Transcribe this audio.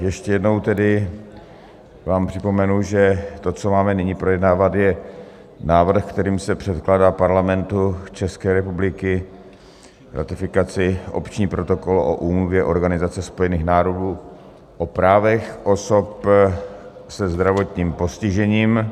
Ještě jednou tedy vám připomenu, že to, co máme nyní projednávat, je návrh, kterým se předkládá Parlamentu České republiky k ratifikaci Opční protokol o Úmluvě Organizace spojených národů o právech osob se zdravotním postižením.